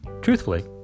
Truthfully